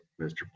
mr